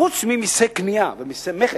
חוץ ממסי קנייה ומסי מכס,